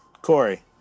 Corey